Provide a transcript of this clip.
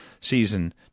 season